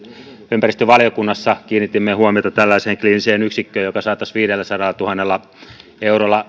ympäristövaliokunnassa kiinnitimme huomiota tällaiseen kliiniseen yksikköön joka saataisiin liikkeelle viidelläsadallatuhannella eurolla